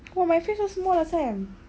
oh my face so small last time